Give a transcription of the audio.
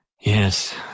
Yes